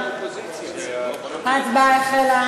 חוק קרן